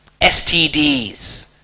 STDs